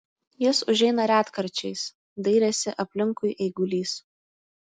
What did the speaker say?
jis užeina retkarčiais dairėsi aplinkui eigulys